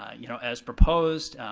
ah you know, as proposed,